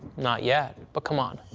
not yet. but come on,